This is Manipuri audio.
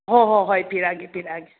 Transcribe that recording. ꯍꯣꯍꯣ ꯍꯣꯏ ꯄꯤꯔꯛꯑꯒꯦ ꯄꯤꯔꯛꯑꯒꯦ